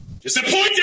Disappointed